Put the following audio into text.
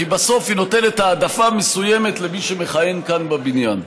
כי בסוף היא נותנת העדפה מסוימת למי שמכהן כאן בבניין.